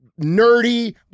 nerdy